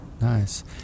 nice